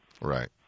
Right